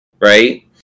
right